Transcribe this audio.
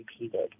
repeated